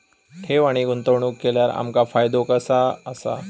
ठेव आणि गुंतवणूक केल्यार आमका फायदो काय आसा?